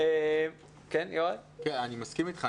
אני מסכים איתך,